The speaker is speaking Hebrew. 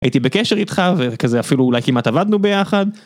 הייתי בקשר איתך, וכזה אפילו אולי כמעט עבדנו ביחד.